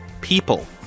People